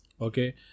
okay